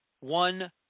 one